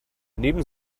neben